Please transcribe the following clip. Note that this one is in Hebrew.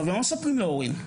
ומה מספרים להורים?